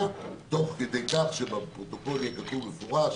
תוך כדי כך שבפרוטוקול יהיה כתוב במפורש